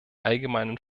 allgemeinen